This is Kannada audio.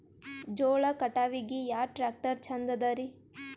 ಜೋಳ ಕಟಾವಿಗಿ ಯಾ ಟ್ಯ್ರಾಕ್ಟರ ಛಂದದರಿ?